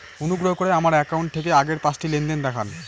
অনুগ্রহ করে আমার অ্যাকাউন্ট থেকে আগের পাঁচটি লেনদেন দেখান